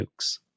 Nukes